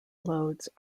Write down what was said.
loads